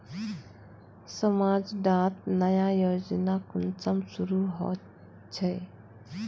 समाज डात नया योजना कुंसम शुरू होछै?